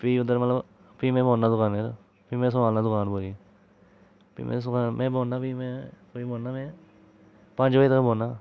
फ्ही ओह्दे मतलब फ्ही मै बौह्नां दुकानै पर फ्ही मैं सम्हालना दुकान पूरी फ्ही मैं बौह्नां फ्ही में बौह्नां कोई में पंज बजे तक बौह्नां